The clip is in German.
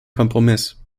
kompromiss